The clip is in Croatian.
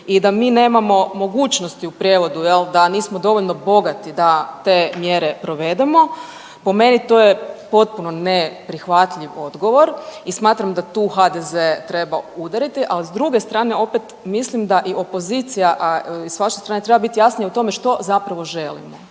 i da mi nemamo mogućnosti u prijevodu jel da nismo dovoljno bogati da te mjere provedemo. Po meni to je potpuno neprihvatljiv odgovor i smatram da tu HDZ treba udariti, ali s druge strane opet mislim da i opozicija, a i s vaše strane treba biti jasnije o tome što zapravo želimo,